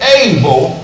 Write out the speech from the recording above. able